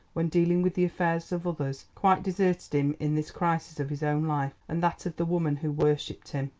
when dealing with the affairs of others, quite deserted him in this crisis of his own life and that of the woman who worshipped him.